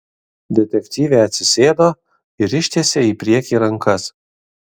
detektyvė atsisėdo ir ištiesė į priekį rankas